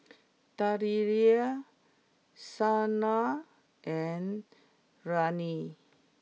Dellia Shanna and Ryne